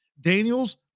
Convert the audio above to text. Daniels